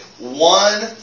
One